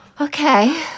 Okay